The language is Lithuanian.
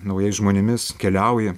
naujais žmonėmis keliauji